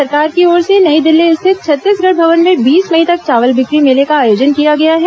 राज्य सरकार की ओर से नई दिल्ली स्थित छत्तीसगढ़ भवन में बीस मई तक चावल बिक्री मेले का आयोजन किया गया है